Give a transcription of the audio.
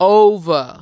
over